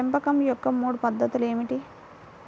పెంపకం యొక్క మూడు పద్ధతులు ఏమిటీ?